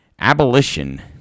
abolition